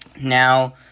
Now